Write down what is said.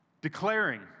Declaring